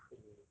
!aiyo!